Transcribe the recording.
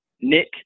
Nick